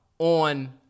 on